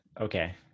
Okay